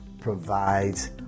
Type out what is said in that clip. provides